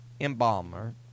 embalmer